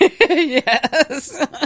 Yes